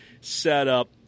setup